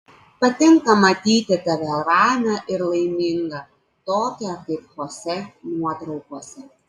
patinka matyti tave ramią ir laimingą tokią kaip chosė nuotraukose